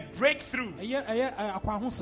breakthrough